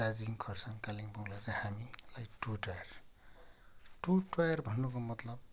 दार्जिलिङ खरसाङ कालिम्पोङलाई चाहिँ हामीलाई टु टायर टु टायर भन्नुको मतलब